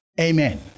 Amen